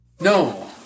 no